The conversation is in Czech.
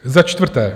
Za čtvrté.